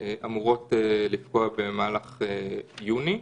אמורות לפקוע במהלך יוני,